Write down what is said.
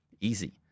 Easy